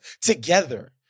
together